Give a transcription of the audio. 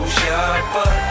shopper